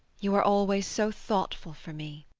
you are always so thoughtful for me.